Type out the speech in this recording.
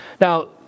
Now